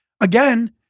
again